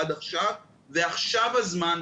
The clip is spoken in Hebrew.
ועכשיו הזמן,